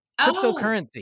Cryptocurrency